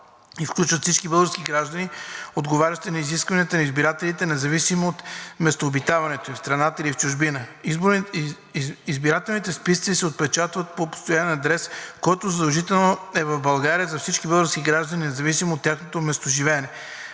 и включват всички български граждани, отговарящи на изискванията за избиратели, независимо от местопребиваването им – в страната или чужбина. Избирателните списъци се отпечатват по постоянен адрес, който задължително е в България за всички български граждани независимо от тяхното местоживеене.